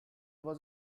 was